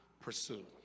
pursue